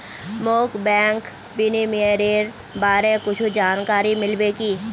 मोक बैंक विनियमनेर बारे कुछु जानकारी मिल्बे की